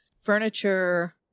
furniture